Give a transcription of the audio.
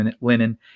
linen